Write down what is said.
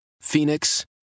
Phoenix